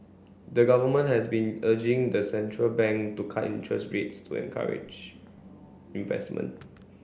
the government has been urging the central bank to cut interest rates to encourage investment